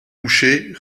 coucher